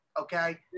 Okay